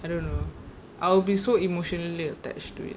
I don't know I'll be so emotionally attached to it